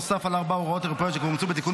נוסף על ארבע הוראות אירופאיות שכבר אומצו בתיקון